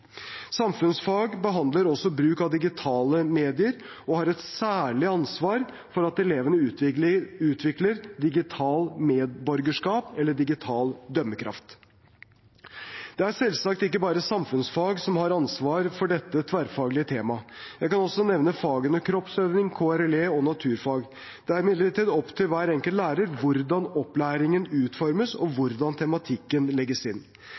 Samfunnsfag behandler også bruk av digitale medier og har et særlig ansvar for at elevene utvikler digitalt medborgerskap eller digital dømmekraft. Det er selvsagt ikke bare samfunnsfag som har ansvar for dette tverrfaglige temaet. Jeg kan også nevne fagene kroppsøving, KRLE og naturfag. Det er imidlertid opp til hver enkelt lærer hvordan opplæringen utformes, og hvordan tematikken legges inn.